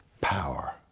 power